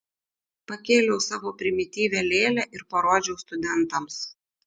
pakėliau savo primityvią lėlę ir parodžiau studentams